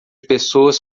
pessoas